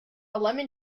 lemon